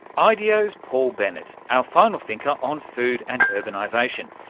ideo's paul bennett our final thinker on food and urbanisation.